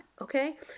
okay